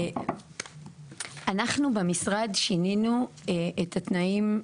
אנחנו במשרד שנינו את התנאים,